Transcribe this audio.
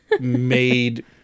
made